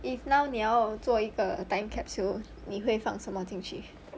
if now 你要做一个 time capsule 你会放什么进去